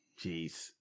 Jeez